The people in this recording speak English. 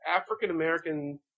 African-American